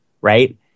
Right